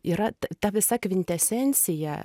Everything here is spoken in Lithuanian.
yra ta visa kvintesencija